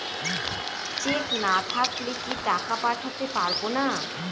Check না থাকলে কি টাকা পাঠাতে পারবো না?